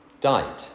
died